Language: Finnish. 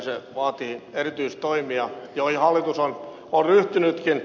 se vaatii erityistoimia joihin hallitus on ryhtynytkin